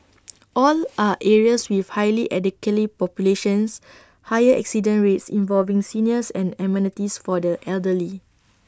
all are areas with highly populations higher accident rates involving seniors and amenities for the elderly